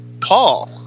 Paul